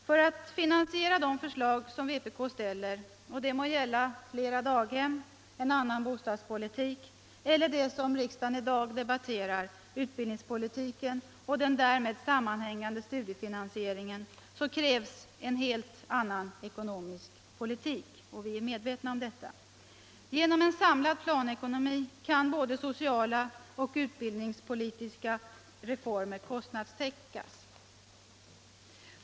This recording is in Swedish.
För att finansiera de förslag som vpk ställer, det må gälla fler daghem, en annan bostadspolitik eller det som riksdagen i dag debatterar — utbildningspolitiken och den därmed sammanhängande studiefinansiering en — så krävs en helt annan ekonomisk politik. Vi är medvetna om detta. Genom en samlad planekonomi kan både sociala och utbildningspolitiska reformer kostnadstäckas.